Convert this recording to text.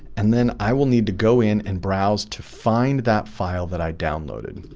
and then i will need to go in and browse to find that file that i downloaded